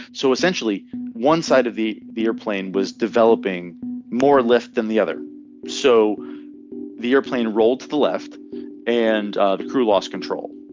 so essentially one side of the the airplane was developing more lift than the other so the airplane rolled to the left and the crew lost control.